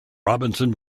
robinson